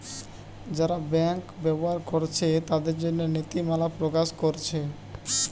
যারা ব্যাংক ব্যবহার কোরছে তাদের জন্যে নীতিমালা প্রকাশ কোরছে